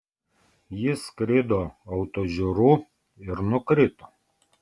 jis skrido autožyru ir nukrito